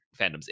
fandoms